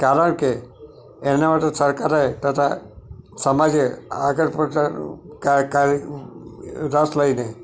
કારણ કે એના માટે સરકારે તથા સમાજે આગળ પડતા